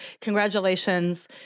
congratulations